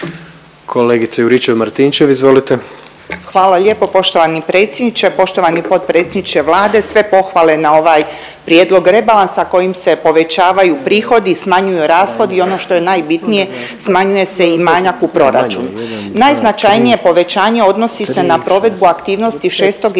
izvolite. **Juričev-Martinčev, Branka (HDZ)** Hvala lijepo poštovani predsjedniče. Poštovani potpredsjedniče Vlade. Sve pohvale na ovaj prijedlog rebalansa kojim se povećavaju prihodi, smanjuju rashodi i ono što je najbitnije smanjuje se i manjak u proračunu. Najznačajnije povećanje odnosi se na provedbu aktivnosti 6. i 7.